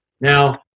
Now